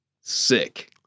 sick